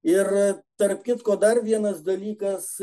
ir tarp kitko dar vienas dalykas